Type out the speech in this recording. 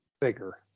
bigger